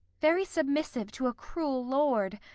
very submissive to a cruel lord,